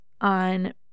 on